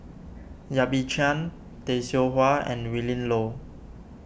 Yap Ee Chian Tay Seow Huah and Willin Low